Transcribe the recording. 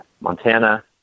Montana